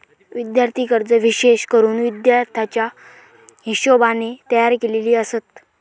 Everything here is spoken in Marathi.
विद्यार्थी कर्जे विशेष करून विद्यार्थ्याच्या हिशोबाने तयार केलेली आसत